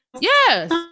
yes